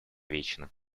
вечно